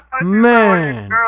Man